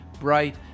bright